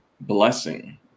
blessing